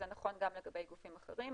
זה נכון גם לגבי גופים אחרים,